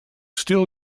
still